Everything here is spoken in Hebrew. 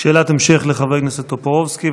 שאלת המשך לחבר הכנסת טופורובסקי,